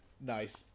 Nice